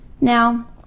now